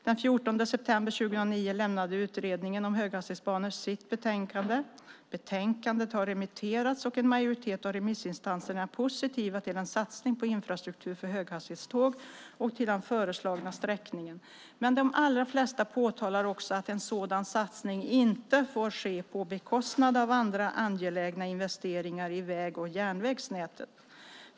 Den 14 september 2009 lämnade Utredningen om höghastighetsbanor sitt betänkande. Betänkandet har remitterats, och en majoritet av remissinstanserna är positiva till en satsning på infrastruktur för höghastighetståg och till den föreslagna sträckningen, men de allra flesta påtalar också att en sådan satsning inte får ske på bekostnad av andra angelägna investeringar i väg och järnvägsnätet.